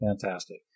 Fantastic